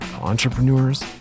entrepreneurs